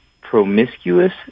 promiscuous